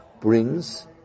brings